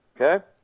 Okay